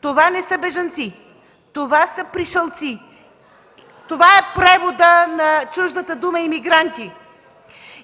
Това не са бежанци! Това са пришълци. Това е преводът на чуждата дума „имигранти”.